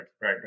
right